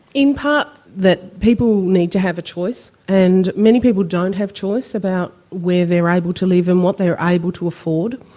in part that people need to have a choice and many people don't have a choice about where they're able to live and what they're able to afford.